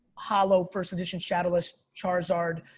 holo first edition shadowless charizard,